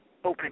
open